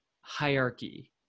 hierarchy